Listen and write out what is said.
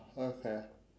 okay